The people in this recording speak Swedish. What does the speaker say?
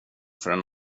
förrän